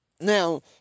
Now